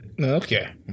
Okay